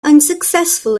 unsuccessful